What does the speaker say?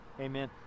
Amen